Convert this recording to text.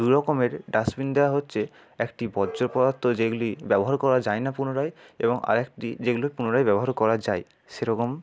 দুরকমের dustbin দেওয়া হচ্ছে একটি বর্জ্য পদার্থ যেগুলি ব্যবহার করা যায় না পুনরায় এবং আরেকটি যেগুলি পুনরায় ব্যবহার করা যায় সেরকম